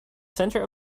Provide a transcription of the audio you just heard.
centre